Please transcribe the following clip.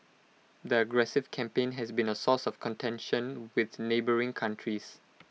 the aggressive campaign has been A source of contention with neighbouring countries